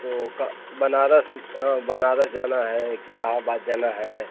तो क बनारस हाँ बनारस जाना है कि इलाहाबाद जाना है